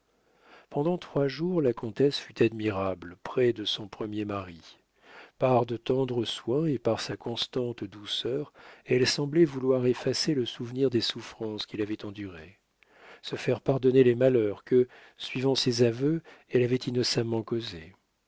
pendant trois jours la comtesse fut admirable près de son premier mari par de tendres soins et par sa constante douceur elle semblait vouloir effacer le souvenir des souffrances qu'il avait endurées se faire pardonner les malheurs que suivant ses aveux elle avait innocemment causés